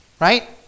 Right